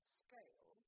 scale